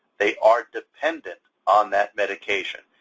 they are dependent on that medication.